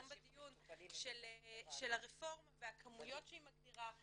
בדיון של הרפורמה והכמויות שהיא מגדירה,